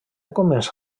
començà